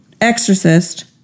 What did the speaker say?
Exorcist